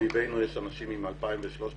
סביבנו יש אנשים עם 2,000 ו-3,000.